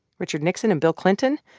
richard nixon and bill clinton,